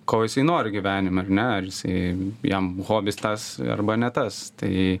ko jisai nori gyvenime ar ne ar jisai jam hobis tas arba ne tas tai